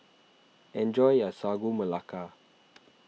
enjoy your Sagu Melaka